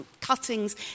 cuttings